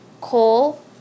coal